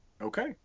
Okay